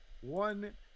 One